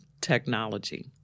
technology